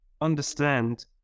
understand